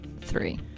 Three